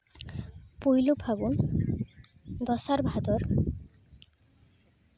ᱯᱩᱭᱞᱩ ᱯᱷᱟᱹᱜᱩᱱ ᱫᱚᱥᱟᱨ ᱵᱷᱟᱫᱚᱨ